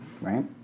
right